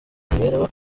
mibereho